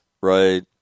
right